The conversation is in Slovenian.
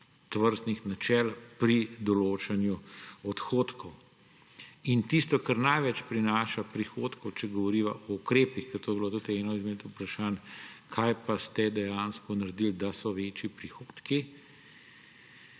načel pri določanju odhodkov. In tisto, kar prinaša največ prihodkov, če govoriva o ukrepih, ker to je bilo tudi eno izmed vprašanj – Kaj pa ste dejansko naredili, da so večji prihodki?